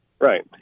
Right